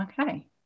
Okay